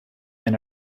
and